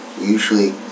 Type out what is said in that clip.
Usually